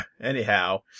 Anyhow